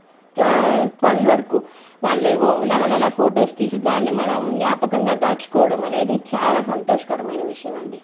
twelve వరకు వాళ్ళవి నెల నెలా ఫొటోస్ తీసి దాన్ని మనం జ్ఞాపకంగా దాచుకోవడం అనేది చాలా సంతోషకరమైన విషయం అండీ